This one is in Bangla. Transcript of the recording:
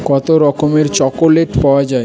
কতো রকমের চকোলেট পাওয়া যায়